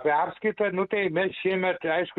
apie apskaitą nu tai mes šiemet aišku